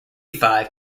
five